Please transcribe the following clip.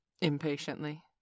impatiently